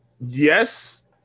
Yes